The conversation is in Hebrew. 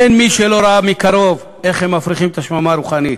אין מי שלא ראה מקרוב איך הם מפריחים את השממה הרוחנית,